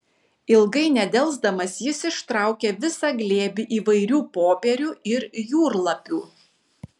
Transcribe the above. ilgai nedelsdamas jis ištraukė visą glėbį įvairių popierių ir jūrlapių